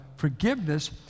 forgiveness